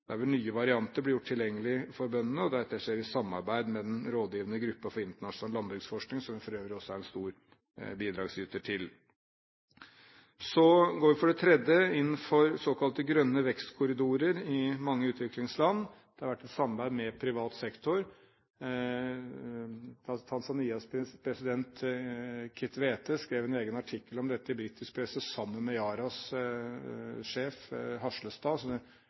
vil nye varianter bli gjort tilgjengelig for bøndene, og dette skjer i samarbeid med den rådgivende gruppen for internasjonal landbruksforskning, som vi for øvrig også er en stor bidragsyter til. Så går vi for det tredje inn for såkalte grønne vekstkorridorer i mange utviklingsland. Det har vært et samarbeid med privat sektor. Tanzanias president, Kikwete, skrev en egen artikkel om dette i britisk presse, sammen med Yaras sjef,